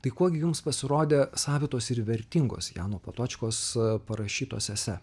tai kuo gi jums pasirodė savitos ir vertingos jano patočkos parašytos ese